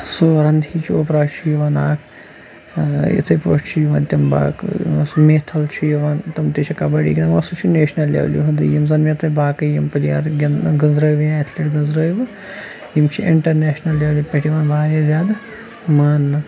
سُوَرنتھ اوبراے چھُ یِوان اَکھ یِتھٕے پٲٹھۍ چھِ یِوان یَم باقٕے سُہ میٖتھَل چھُ یِوان تِم تہِ چھِ کَبڈی گِنٛدان مگر سُہ چھُ نیشنل لیولہِ ہِیُنٛدُے یِم زَن مےٚ تۄہہِ باقٕے یِم پٕلیر گٕنٛزرٲیوٕ یِم چھِ اِنٹَرنیشنل لیولہِ پٮ۪ٹھ یِوان واریاہ زیادٕ ماننہٕ